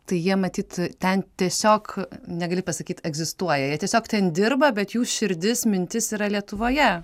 tai jie matyt ten tiesiog negali pasakyt egzistuoja jie tiesiog ten dirba bet jų širdis mintis yra lietuvoje